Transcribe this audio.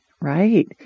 Right